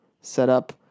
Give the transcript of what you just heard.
setup